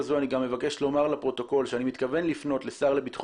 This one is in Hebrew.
אני אומר שגם בתי המשפט,